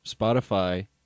spotify